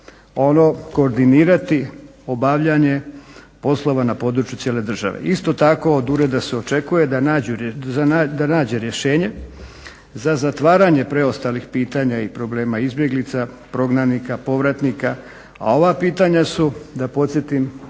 ono koordinirati obavljanje poslova na području cijele države. Isto tako od ureda se očekuje da nađe rješenje za zatvaranje preostalih pitanja i problema izbjeglica, prognanika, povratnika a ova pitanja su da podsjetim